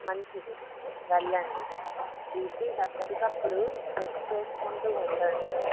మంచిది వెళ్ళండి బీపీ ఎప్పటికప్పుడు చెక్ చేసుకుంటు ఉండండి